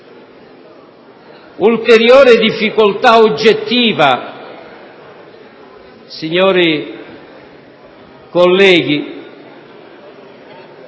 Ulteriore difficoltà oggettiva, signori colleghi,